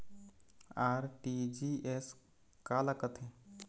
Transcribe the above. RTGS काला कथें?